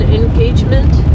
engagement